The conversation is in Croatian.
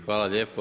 Hvala lijepo.